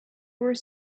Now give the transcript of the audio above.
were